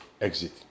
exit